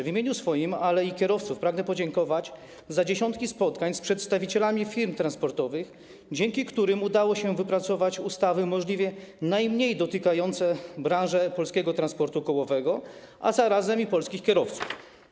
W imieniu swoim, ale i kierowców pragnę podziękować za dziesiątki spotkań z przedstawicielami firm transportowych, dzięki którym udało się wypracować ustawy możliwie najmniej dotykające branże polskiego transportu kołowego, a zarazem polskich kierowców.